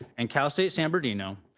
and cal state san bernardino,